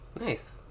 Nice